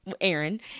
Aaron